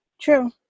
True